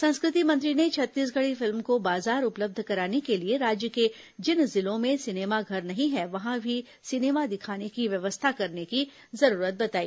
संस्कृति मंत्री ने छत्तीसगढ़ी फिल्म को बाजार उपलब्ध कराने के लिए राज्य के जिन जिलों में सिनेमा घर नहीं है वहां भी सिनेमा दिखाने की व्यवस्था करने की जरूरत बताई